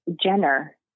Jenner